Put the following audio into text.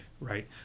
Right